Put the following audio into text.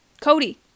Cody